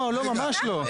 לא לא ממש לא.